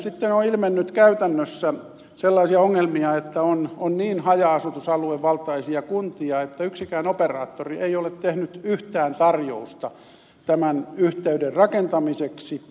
siiten on ilmennyt käytännössä sellaisia ongelmia että on niin haja asutusaluevaltaisia kuntia että yksikään operaattori ei ole tehnyt yhtään tarjousta tämän yhteyden rakentamiseksi